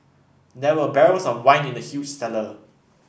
there were barrels of wine in the huge cellar